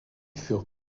furent